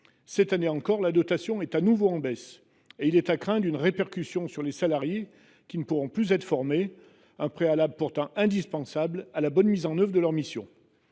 Cette année encore, la dotation est en baisse. Il est à craindre que cela n’ait des répercussions sur les salariés, qui ne pourront plus être formés – préalable pourtant indispensable à la bonne mise en œuvre de leurs missions.